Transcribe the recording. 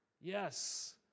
yes